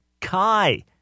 Kai